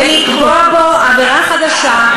ולקבוע בו עבירה חדשה,